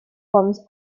forms